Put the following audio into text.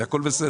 והכל בסדר.